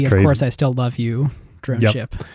course i still love you drone ship.